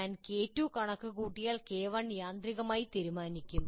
ഞാൻ K2 കണക്കുകൂട്ടിയാൽ K1 യാന്ത്രികമായി തീരുമാനിക്കും